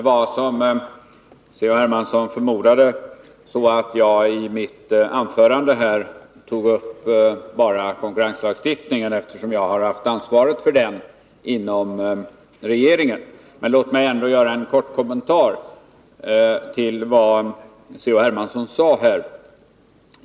Fru talman! Jag tog, såsom Carl-Henrik Hermansson förmodade, i mitt anförande bara upp frågan om konkurrenslagstiftningen, eftersom jag har haft ansvaret för den inom regeringen. Men låt mig ändå göra en kort kommentar till vad Carl-Henrik Hermansson sade.